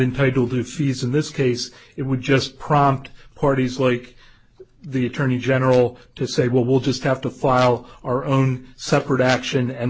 entitled to fees in this case it would just prompt parties like the attorney general to say well we'll just have to file our own separate action and